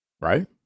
Right